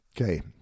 Okay